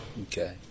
Okay